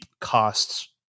costs